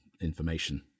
information